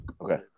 Okay